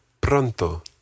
pronto